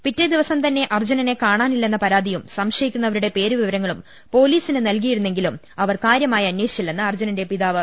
പിറ്റേ ദിവസം തന്നെ അർജുനനെ കാണാനി ല്ലെന്ന പരാതിയും സംശയിക്കുന്നവരുടെ പേരു വിവരങ്ങളും പൊലീസിനു നൽകിയിരുന്നെങ്കിലും അവർ കാര്യമായി അന്വേഷിച്ചില്ലെന്ന് അർജുനന്റെ പിതാവ് വിദ്യൻ ആരോപിച്ചു